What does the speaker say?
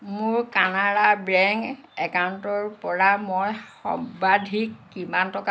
মোৰ কানাড়া বেংক একাউণ্টৰ পৰা মই সৰ্বাধিক কিমান টকা উলিয়াব পাৰোঁ